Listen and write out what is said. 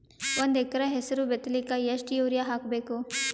ಒಂದ್ ಎಕರ ಹೆಸರು ಬಿತ್ತಲಿಕ ಎಷ್ಟು ಯೂರಿಯ ಹಾಕಬೇಕು?